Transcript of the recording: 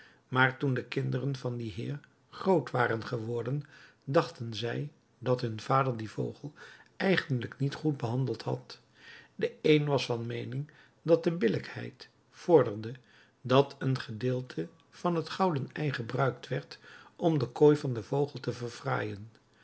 maar toen de kinderen van dien heer groot waren geworden dachten zij dat hun vader dien vogel eigenlijk niet goed behandeld had de een was van meening dat de billijkheid vorderde dat een gedeelte van het gouden ei gebruikt werd om de kooi van den vogel te verfraaien